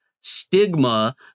stigma